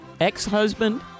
ex-husband